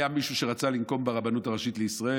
היה מישהו שרצה לנקום ברבנות הראשית לישראל,